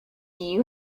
you